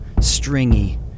stringy